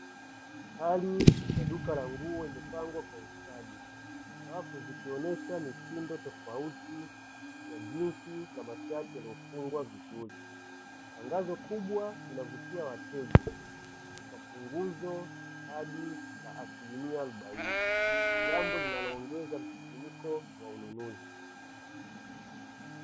Hali ya duka la nguo imepangwa kwa ustadi, safu zikionyesha mitindo tofauti, ya jinsi na mashati yaliyofungwa vizuri, tangazo kubwa linavutia wateja kwa punguzo hadi asilimia arobaini, jambo linaloongeza msisimko wa ununuzi.